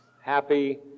happy